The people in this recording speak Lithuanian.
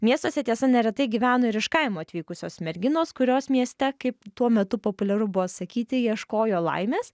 miestuose tiesa neretai gyveno ir iš kaimo atvykusios merginos kurios mieste kaip tuo metu populiaru buvo sakyti ieškojo laimės